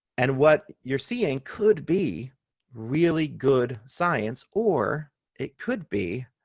and what you're seeing could be really good science, or it could be